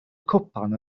cwpan